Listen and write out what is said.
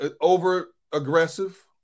over-aggressive